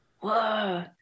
Whoa